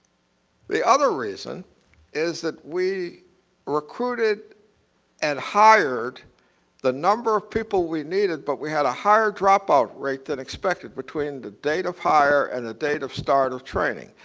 the other reason is that we recruited and hired the number of people we needed but we had a higher dropout rate than expected between the date of hire and the date of start of training.